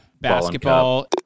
Basketball